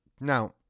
Now